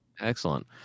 excellent